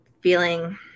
feeling